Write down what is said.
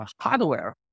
hardware